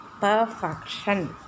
perfection